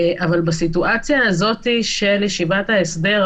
אבל בסיטואציה הזו של ישיבת ההסדר,